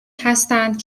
هستند